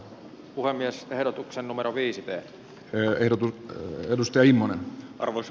puhemies verotuksen numero viisi teen minä ehdotin edustajina he arvos